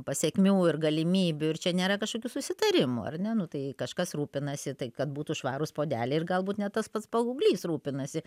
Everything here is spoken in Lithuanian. pasekmių ir galimybių ir čia nėra kažkokių susitarimų ar ne nu tai kažkas rūpinasi tai kad būtų švarūs puodeliai ir galbūt net tas pats paauglys rūpinasi